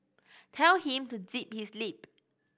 tell him to zip his lip